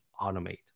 automate